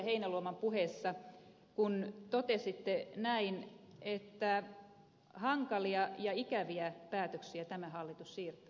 heinäluoman puheessa kun totesitte näin että hankalia ja ikäviä päätöksiä tämä hallitus siirtää